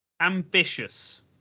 ambitious